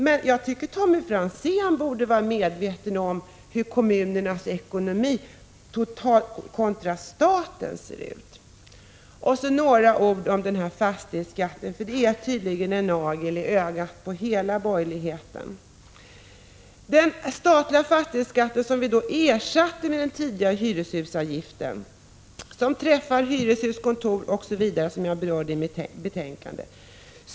Men jag tycker att Tommy Franzén borde vara medveten om hur kommunernas ekonomi totalt, kontra statens, ser ut. Så några ord om fastighetsskatten, som tydligen är en nagel i ögat på hela borgerligheten. Den statliga fastighetsskatten, som ersatte den tidigare hyreshusavgiften, träffar hyreshus, kontor osv. lika, såsom jag berörde i mitt anförande.